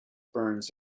burns